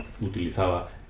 utilizaba